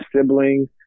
siblings